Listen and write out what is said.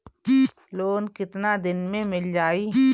Loan कितना दिन में मिल जाई?